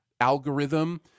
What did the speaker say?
algorithm